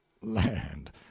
Land